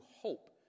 hope